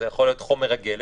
זה יכול להיות חומר הגלם,